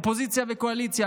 אופוזיציה וקואליציה,